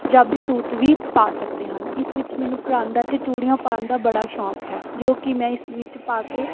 Punjabi suit ਵੀ ਪਾ ਸਕਦੇ ਹਨ ਇਸ ਵਿੱਚ ਮੈਨੂੰ ਪਰਾਂਦਾ ਅਤੇ ਚੂੜੀਆਂ ਪਾਉਣ ਦਾ ਬੜਾ ਸ਼ੌਕ ਹੈ ਜੋ ਕਿ ਮੈਂ ਇਸ ਵਿੱਚ ਪਾ ਕੇ